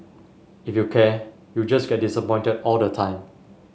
if you care you just get disappointed all the time